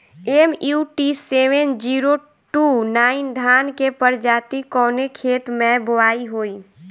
MUT seven zero two nine धान के प्रजाति कवने खेत मै बोआई होई?